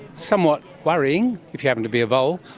somewhat worrying if you happen to be a vole.